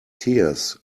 tears